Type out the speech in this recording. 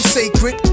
sacred